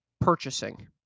purchasing